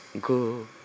go